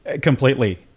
Completely